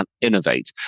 innovate